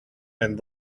and